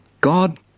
God